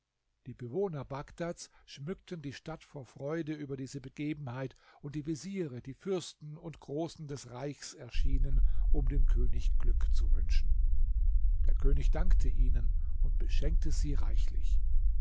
die bewohner bagdads schmückten die stadt vor freude über diese begebenheit und die veziere die fürsten und großen des reichs erschienen um dem könig glück zu wünschen der könig dankte ihnen und beschenkte sie reichlich